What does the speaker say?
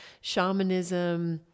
shamanism